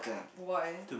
why